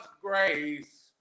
grace